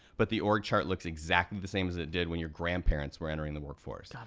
but the org chart looks exactly the same as it did when your grandparents were entering the workforce. god,